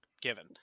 given